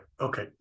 Okay